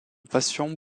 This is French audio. passion